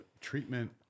treatment